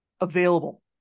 available